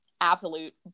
Absolute